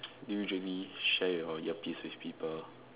do you usually share your earpiece with people